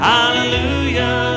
Hallelujah